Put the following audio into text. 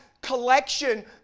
collection